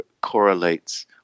Correlates